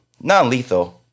non-lethal